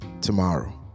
tomorrow